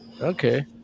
okay